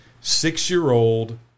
six-year-old